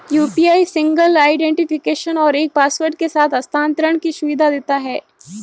UPI single identification और एक password के साथ हस्थानांतरण की सुविधा देता है